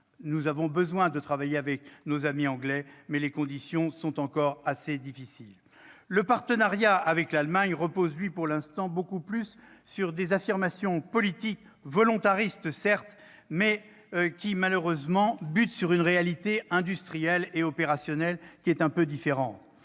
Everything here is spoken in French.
Nous avons besoin de travailler avec nos amis anglais, mais les conditions sont encore assez difficiles. Le partenariat avec l'Allemagne repose pour l'instant sur des affirmations politiques, certes volontaristes, qui butent sur une réalité industrielle et opérationnelle quelque peu différente.